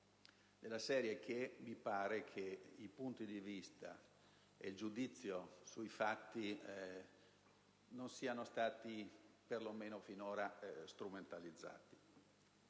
Mi pare cioè che i punti di vista e il giudizio sui fatti non siano stati, perlomeno finora, strumentalizzati.